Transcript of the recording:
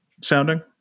sounding